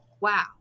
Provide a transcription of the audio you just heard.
Wow